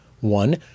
One